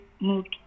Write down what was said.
moved